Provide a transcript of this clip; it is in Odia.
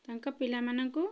ତାଙ୍କ ପିଲାମାନଙ୍କୁ